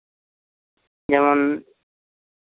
ᱡᱮᱢᱚᱱ